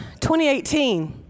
2018